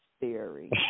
theory